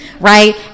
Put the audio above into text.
right